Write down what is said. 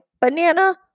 banana